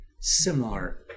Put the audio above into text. similar